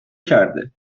کرده